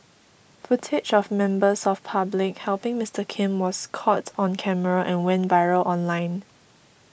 footage of members of public helping Mister Kim was caught on camera and went viral online